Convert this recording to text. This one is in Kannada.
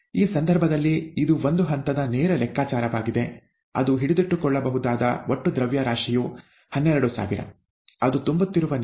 ಈ ಸಂದರ್ಭದಲ್ಲಿ ಇದು ಒಂದು ಹಂತದ ನೇರ ಲೆಕ್ಕಾಚಾರವಾಗಿದೆ ಅದು ಹಿಡಿದಿಟ್ಟುಕೊಳ್ಳಬಹುದಾದ ಒಟ್ಟು ದ್ರವ್ಯರಾಶಿಯು 12000 ಅದು ತುಂಬುತ್ತಿರುವ ನಿವ್ವಳ ದರ 15